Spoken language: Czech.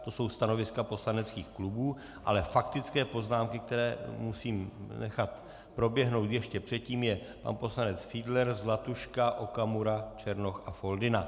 To jsou stanoviska poslaneckých klubů, ale faktické poznámky, které musím nechat proběhnout ještě předtím, je pan poslanec Fiedler, Zlatuška, Okamura, Černoch a Foldyna.